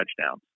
touchdowns